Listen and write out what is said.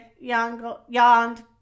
yawned